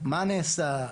מה נעשה,